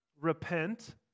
repent